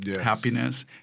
happiness